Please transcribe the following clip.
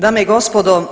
Dame i gospodo.